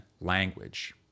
language